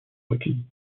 recueilli